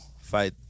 Fight